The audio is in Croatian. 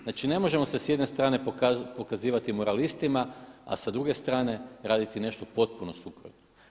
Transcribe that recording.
Znači, ne možemo se s jedne strane pokazivati moralistima, a sa druge strane raditi nešto potpuno suprotno.